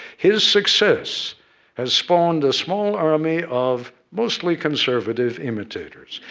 his success has spawned a small army of, mostly, conservative imitators.